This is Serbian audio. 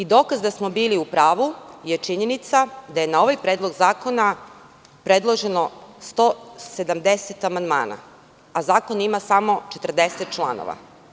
Dokaz da smo bili u pravu je činjenica da je na ovaj Predlog zakona predloženo 170 amandmana, a zakon ima samo 40 članova.